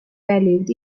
valued